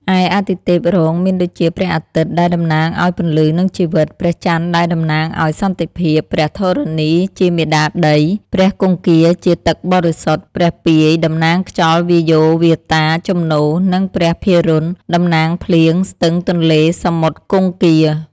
ឯអាទិទេពរងមានដូចជា ព្រះអាទិត្យ ដែលតំណាងឲ្យពន្លឺនិងជីវិត, ព្រះចន្ទដែលតំណាងឲ្យសន្តិភាព, ព្រះធរណីជាមាតាដី, ព្រះគង្គាជាទឹកបរិសុទ្ធ, ព្រះពាយតំណាង ខ្យល់ វាយោ វាតា ជំនោរ និងព្រះភិរុណ តំណាង ភ្លៀង ស្ទឹង ទន្លេ សមុទ្រ គង្គា។